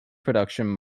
production